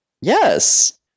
yes